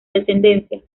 descendencia